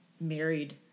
married